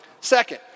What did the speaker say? Second